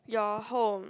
your home